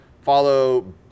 follow